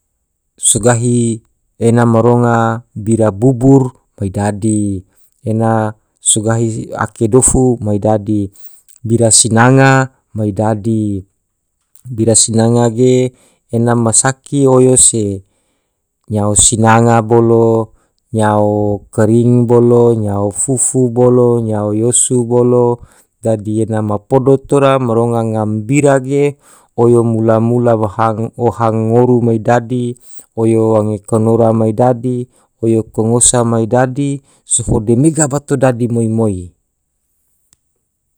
sugahi ena ma ronga bira bubur mai dadi ena so gahi ake dofu mai dadi bira sinanga mai dadi bira sinanga ge ena ma saki oyo se nyao sinanga bolo, nyao kreing bolo, nyao fufu bolo, nyao yosu bolo dadi ena ma podo tora maronga ngam bira ge oyo mula mula ma hang ohang ngoru mai dadi oyo wange konora mai dadi oyo kongosa mai dadi sehode mega bato dadi moi moi.